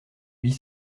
huit